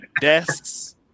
desks